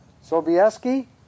Sobieski